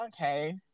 okay